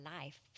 life